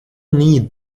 need